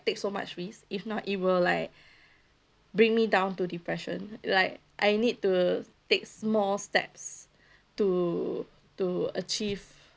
take so much risk if not it will like bring me down to depression like I need to take small steps to to achieve